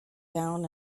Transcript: down